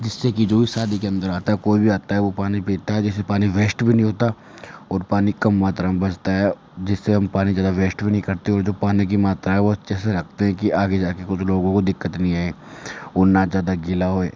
जिससे कि जो भी शादी के अंदर आता है कोई भी आता है वो पानी पीता है जिससे पानी भी वेस्ट भी नहीं होता और पानी कम मात्रा में बचता है जिससे हम पानी ज़्यादा वेस्ट भी नहीं करते और जो पानी की मात्रा है वो अच्छे से रखते हैं की आगे जाकर कुछ लोगों को दिक्कत नहीं आए और न ज़्यादा गीला हो